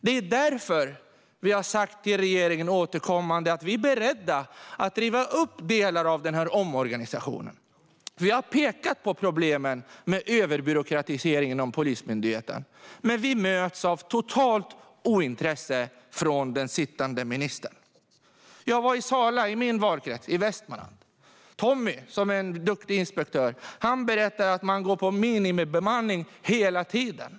Det är därför vi återkommande har sagt till regeringen att vi är beredda att riva upp delar av omorganisationen. Vi har pekat på problemen med överbyråkratiseringen av Polismyndigheten. Men vi möts av totalt ointresse från den sittande ministern. Jag har varit i Sala i Västmanland - min valkrets. Tommy, som är en duktig inspektör, berättade då att man går på minimibemanning hela tiden.